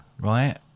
right